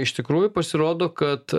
iš tikrųjų pasirodo kad